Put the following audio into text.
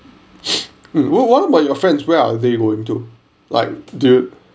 mm what what about your friends where are they going to like dude